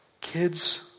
Kids